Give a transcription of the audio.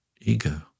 ego